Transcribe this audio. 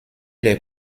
les